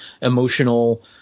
emotional